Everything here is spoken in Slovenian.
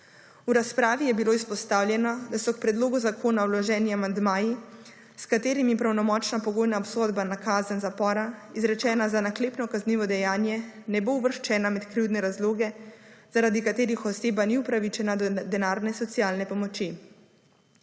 V razpravi je bilo izpostavljeno, da so k predlogu zakona vloženi amandmaji, s katerimi pravnomočna pogojna obsodba na kazen zapora, izrečena za naklepno kaznivo dejanje, ne bo uvrščena med krivdne razloge, zaradi katerih oseba ni upravičena do denarne socialne pomoči.